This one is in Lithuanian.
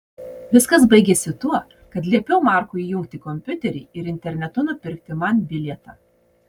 viskas baigėsi tuo kad liepiau markui įjungti kompiuterį ir internetu nupirkti man bilietą